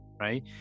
Right